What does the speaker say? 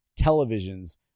televisions